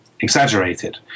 exaggerated